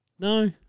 No